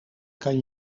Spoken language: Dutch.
kan